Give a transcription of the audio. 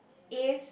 if